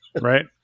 Right